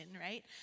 right